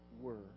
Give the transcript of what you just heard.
Word